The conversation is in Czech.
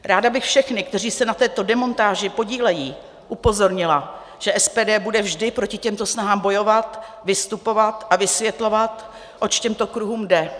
Ráda bych všechny, kteří se na této demontáži podílejí, upozornila, že SPD bude vždy proti těmto snahám bojovat, vystupovat a vysvětlovat, oč těmto kruhům jde.